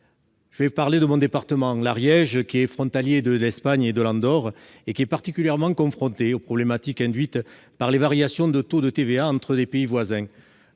Français. Mon département, l'Ariège, frontalier de l'Espagne et de l'Andorre, est particulièrement confronté aux problématiques induites par les variations de taux de TVA entre des pays voisins.